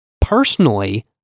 Personally